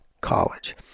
College